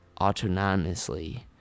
autonomously